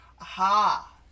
Aha